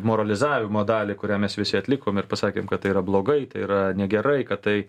moralizavimo dalį kurią mes visi atlikom ir pasakėm kad tai yra blogai tai yra negerai kad tai